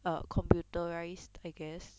err computerised I guess